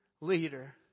leader